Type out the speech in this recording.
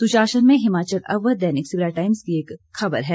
सुशासन में हिमाचल अव्वल दैनिक सवेरा टाइम्स की एक खबर है